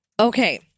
Okay